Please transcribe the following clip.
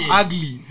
ugly